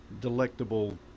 delectable